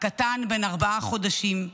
הקטן בן ארבעה חודשים.